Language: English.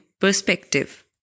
perspective